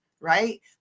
right